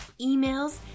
emails